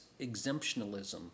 exemptionalism